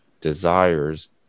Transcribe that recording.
desires